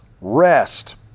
rest